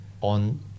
on